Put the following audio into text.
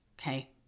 Okay